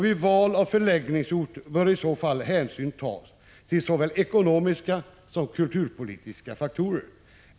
Vid val av förläggningsort bör i så fall hänsyn tas till såväl ekonomiska som kulturpolitiska faktorer.